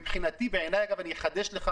אני אחדש לך,